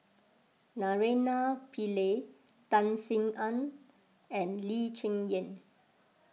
Naraina Pillai Tan Sin Aun and Lee Cheng Yan